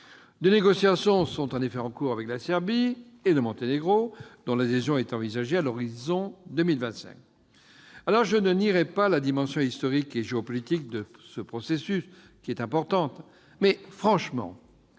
Des négociations sont en effet en cours avec la Serbie et le Monténégro, dont l'adhésion est envisagée à l'horizon 2025. Je ne nierai pas la dimension historique et géopolitique de ce processus, qui est importante mais, franchement,